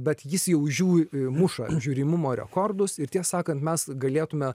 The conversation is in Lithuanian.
bet jis jau žiū muša žiūrimumo rekordus ir tie sakant mes galėtume